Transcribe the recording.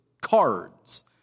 cards